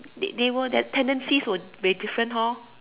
they they were tendency may different hor